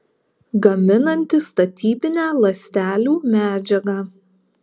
gaminanti statybinę ląstelių medžiagą